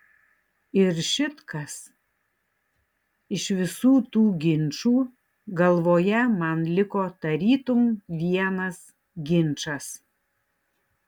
ir šit kas iš visų tų ginčų galvoje man liko tarytum vienas ginčas